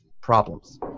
problems